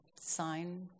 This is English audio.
sign